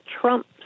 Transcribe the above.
Trump